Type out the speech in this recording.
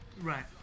Right